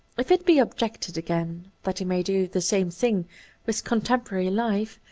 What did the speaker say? if it be objected, again, that he may do the same thing with contemporary life,